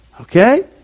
okay